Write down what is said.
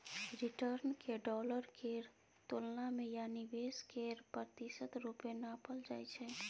return केँ dollar केर तुलना मे या निबेश केर प्रतिशत रुपे नापल जाइ छै